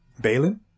Balin